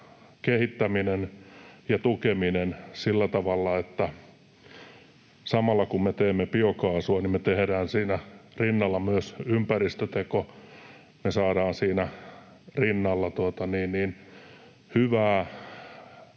kehittäminen ja tukeminen sillä tavalla, että kun me tehdään biokaasua, niin me tehdään siinä rinnalla myös ympäristöteko. Me saadaan siinä rinnalla